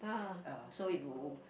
uh so if you